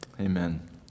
amen